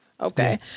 Okay